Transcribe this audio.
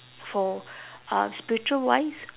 for uh spiritual wise